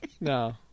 no